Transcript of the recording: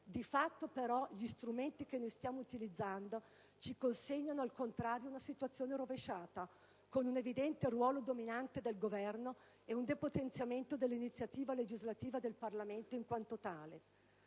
Di fatto, però, gli strumenti che noi stiamo utilizzando ci consegnano, al contrario, una situazione rovesciata, con un evidente ruolo dominante del Governo e un depotenziamento dell'iniziativa legislativa del Parlamento in quanto tale.